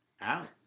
out